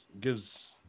gives